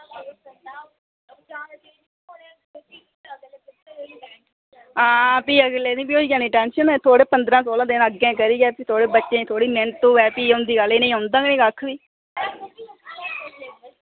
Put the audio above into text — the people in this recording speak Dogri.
आं भी अगलें दी बी होई जानी टेंशन भी कोई पंद्रहां सोलां दिन अग्गें करियै बच्चें ई थोह्ड़ी मैह्नत होऐ इनेंगी आंदा कक्ख निं